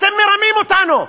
אתם מרמים אותנו,